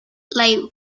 live